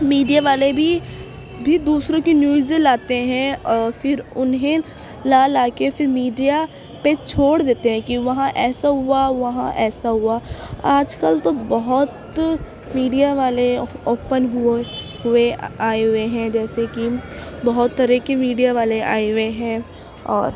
media والے بھی بھی دوسروں کی نیوز لاتے ہیں اور پھر انہیں لا لا کے پھر میڈیا پہ چھوڑ دیتے ہیں کہ وہاں ایسا ہوا وہاں ایسا ہوا آج کل تو بہت میڈیا والے اوپن ہوئے ہوئے آئے ہوئے ہیں جیسے کہ بہت طرح کی میڈیا والے آئے ہوئے ہیں اور